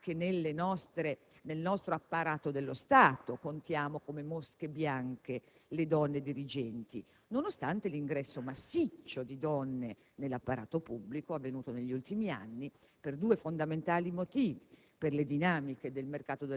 anche nel nostro apparato dello Stato le donne dirigenti contano come mosche bianche, nonostante l'ingresso massiccio di donne nell'apparato pubblico avvenuto negli ultimi anni per due fondamentali motivi: